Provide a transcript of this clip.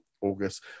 August